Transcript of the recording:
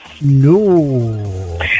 No